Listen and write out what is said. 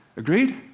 agreed?